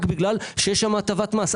רק בגלל שיש שם הטבת מס.